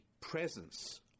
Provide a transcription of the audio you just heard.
presence